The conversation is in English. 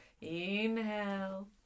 Inhale